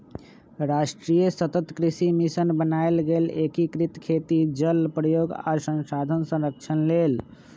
राष्ट्रीय सतत कृषि मिशन बनाएल गेल एकीकृत खेती जल प्रयोग आ संसाधन संरक्षण लेल